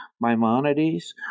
Maimonides